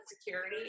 security